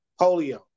Polio